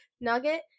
Nugget